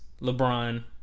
LeBron